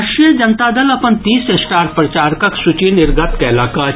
राष्ट्रीय जनता दल अपन तीस स्टार प्रचारकक सूची निर्गत कयलक अछि